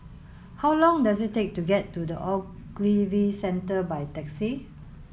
how long does it take to get to The Ogilvy Centre by taxi